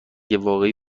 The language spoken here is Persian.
واقعی